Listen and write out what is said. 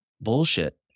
bullshit